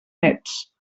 nets